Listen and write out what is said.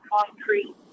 concrete